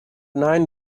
nine